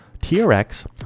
TRX